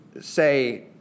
say